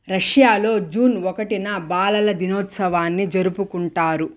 రష్యాలో జూన్ ఒకటిన బాలల దినోత్సవాన్ని జరుపుకుంటారు